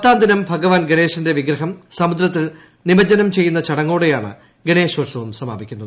പത്താംദിനം ഭഗവാൻ ഗണേശന്റെ വിഗ്രഹം സമുദ്രത്തിൽ നിമഞ്ജനം ചെയ്യുന്ന ചടങ്ങോടെയാണ് ഗണേശോൽസവം സമാപിക്കുന്നത്